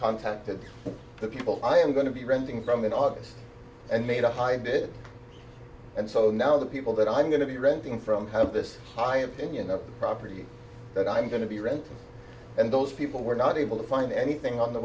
contacted the people i am going to be renting from in august and made a high bid and so now the people that i'm going to be renting from have this high opinion of property that i'm going to be renting and those people were not able to find anything on the